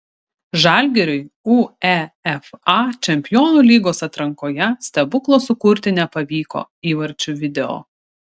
žalgiriui uefa čempionų lygos atrankoje stebuklo sukurti nepavyko įvarčių video